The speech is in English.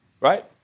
right